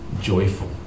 joyful